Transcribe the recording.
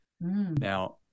now